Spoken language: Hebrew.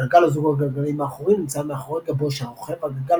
הגלגל או זוג הגלגלים האחורי נמצא מאחורי גבו של הרוכב והגלגל